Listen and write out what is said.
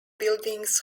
buildings